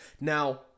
Now